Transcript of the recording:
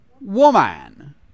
woman